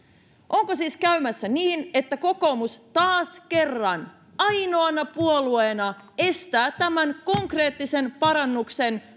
onko siis käymässä niin että kokoomus taas kerran ainoana puolueena estää tämän konkreettisen parannuksen